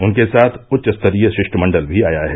उनके साथ उच्चस्तरीय शिष्टमंडल भी आया है